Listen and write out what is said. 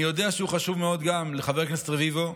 אני יודע שהוא חשוב מאוד גם לחבר הכנסת רביבו,